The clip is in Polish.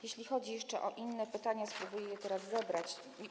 Jeśli chodzi jeszcze o inne pytania, spróbuję je teraz zebrać.